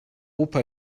opa